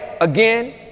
again